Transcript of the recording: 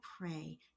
pray